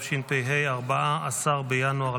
שעה 16:00 תוכן